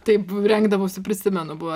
taip rengdavausi prisimenu buvo